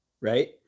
Right